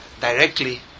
directly